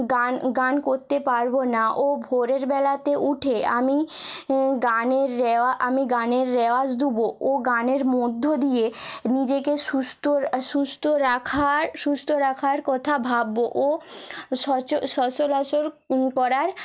গান গান করতে পারবো না ও ভোরের বেলাতে উঠে আমি হে গানের রেওয়া আমি গানের রেওয়াজ দোব ও গানের মধ্য দিয়ে নিজেকে সুস্থ রা সুস্থ রাখার সুস্থ রাখার কথা ভাববো ও সচলা স সচরাচর করার